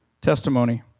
Testimony